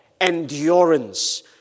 endurance